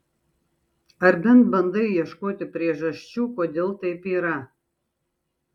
ar bent bandai ieškoti priežasčių kodėl taip yra